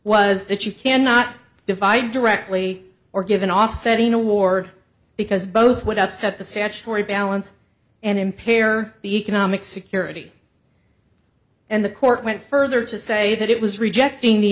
was that you cannot defy directly or give an offsetting award because both would upset the statutory balance and impair the economic security and the court went further to say that it was rejecting the